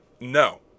No